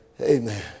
Amen